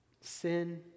Sin